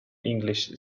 english